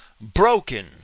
broken